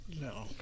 no